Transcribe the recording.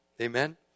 Amen